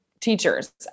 teachers